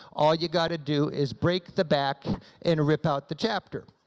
all you gotta do is break the back and rip out the chapter.